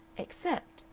except,